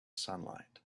sunlight